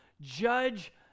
Judge